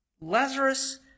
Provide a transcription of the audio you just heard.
Lazarus